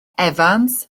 evans